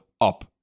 up